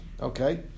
Okay